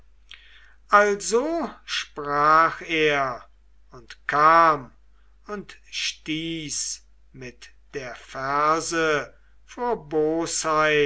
also sprach er und kam und stieß mit der ferse vor bosheit